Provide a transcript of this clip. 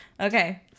Okay